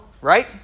Right